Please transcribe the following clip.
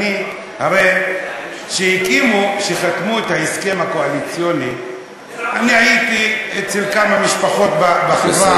הרי כשחתמו את ההסכם הקואליציוני אני הייתי אצל כמה משפחות בחברה